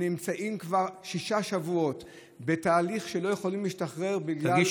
הם נמצאים כבר שישה שבועות בתהליך שלא יכולים להשתחרר בגלל הבדיקה.